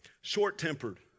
short-tempered